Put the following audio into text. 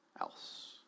else